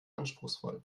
anspruchsvoll